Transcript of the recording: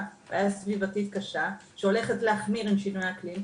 סביבתית קשה שהולכת להחמיר עם שינוי האקלים.